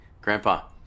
Grandpa